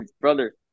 brother